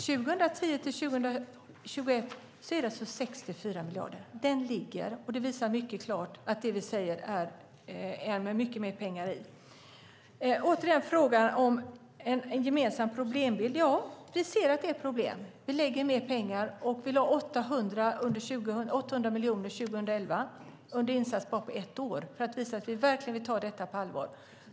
För 2010-2021 är det 64 miljarder. Det ligger fast. Det visar mycket klart att vi har mycket mer pengar. Åter till frågan om en gemensam problembild: Ja, vi ser att det är problem. Vi lägger mer pengar. Vi lade 800 miljoner 2011, för ett år, för att visa att vi verkligen vill ta detta på allvar.